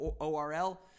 O-R-L